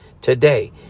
today